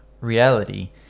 reality